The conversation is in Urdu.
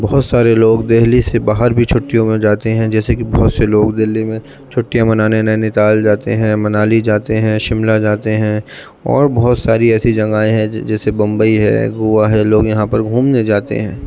بہت سارے لوگ دہلی سے باہر بھی چھٹیوں میں جاتے ہیں جیسے کہ بہت سے لوگ دلّی میں چھٹیاں منانے نینی تال جاتے ہیں منالی جاتے ہیں شملہ جاتے ہیں اور بہت ساری ایسی جگہیں ہیں جیسے بمبئی ہے گووا ہے لوگ یہاں پر گھومنے جاتے ہیں